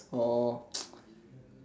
or